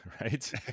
right